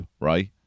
right